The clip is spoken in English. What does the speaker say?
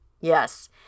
Yes